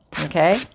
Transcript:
Okay